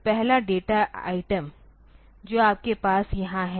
तो पहला data item जो आपके पास यहां है